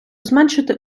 зменшити